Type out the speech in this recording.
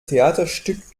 theaterstück